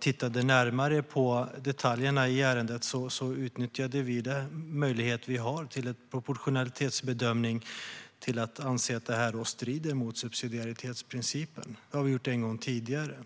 tittade närmare på detaljerna i ärendet utnyttjade vi den möjlighet vi har till en proportionalitetsbedömning för att anse att det här strider mot subsidiaritetsprincipen. Vi har alltså gjort det en gång tidigare.